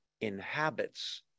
inhabits